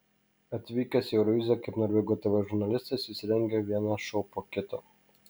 atvykęs į euroviziją kaip norvegų tv žurnalistas jis rengia vieną šou po kito